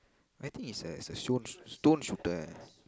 I think he's a he's a shone stone shooter